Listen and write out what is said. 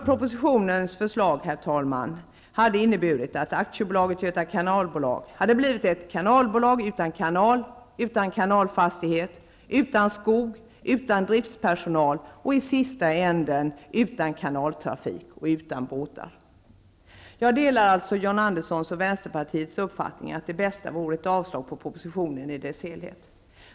Propositionens förslag hade, herr talman, inneburit att AB Göta kanalbolag hade blivit ett kanalbolag utan kanal, utan kanalfastighet, utan skog och utan driftspersonal och i sista änden utan kanaltrafik och utan båtar. Jag delar Johan Anderssons och Vänsterpartiets uppfattning att det bästa vore ett avslag på propositionen i dess helhet.